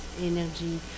energy